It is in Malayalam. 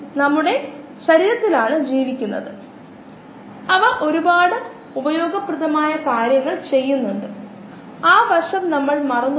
നമ്മൾ പ്രവർത്തിക്കുന്നുവെന്ന് കരുതുക പൈപ്പ് വലുപ്പങ്ങൾ നമുക്ക് ഏകദേശം 50 മീറ്റർ എന്ന് ഉത്തരം ലഭിക്കും പൈപ്പ് വ്യാസം 50 മീറ്ററാണെന്ന് നമുക്കറിയാം